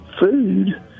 food